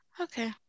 Okay